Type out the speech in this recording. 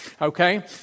Okay